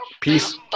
peace